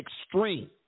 extreme